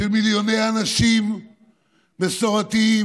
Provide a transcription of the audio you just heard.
של מיליוני אנשים מסורתיים,